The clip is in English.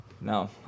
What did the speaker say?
No